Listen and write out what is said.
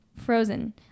frozen